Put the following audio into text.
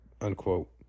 unquote